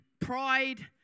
pride